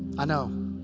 i know.